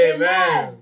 Amen